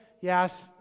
yes